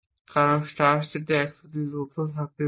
কারণ স্টার্ট স্টেটে 100টি তথ্য থাকতে পারে